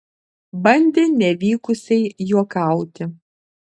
bandė nevykusiai juokauti